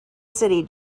city